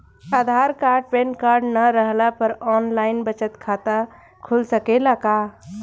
आधार card pan card न रहला पर आन लाइन बचत खाता खुल सकेला का?